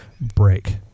break